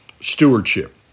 stewardship